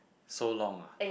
so long ah